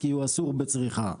כי הוא אסור בצריכה.